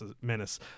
menace